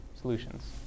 solutions